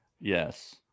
Yes